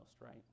right